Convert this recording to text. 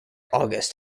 august